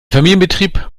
familienbetrieb